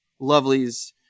lovelies